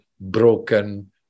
broken